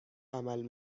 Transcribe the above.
عمل